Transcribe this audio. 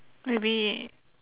maybe